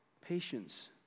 Patience